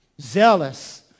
Zealous